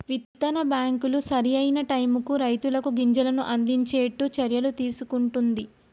విత్తన బ్యాంకులు సరి అయిన టైముకు రైతులకు గింజలను అందిచేట్టు చర్యలు తీసుకుంటున్ది